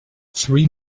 three